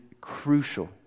crucial